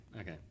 Okay